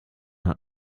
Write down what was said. hat